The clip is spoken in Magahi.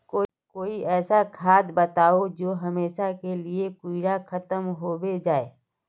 कोई ऐसा खाद बताउ जो हमेशा के लिए कीड़ा खतम होबे जाए?